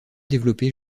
développé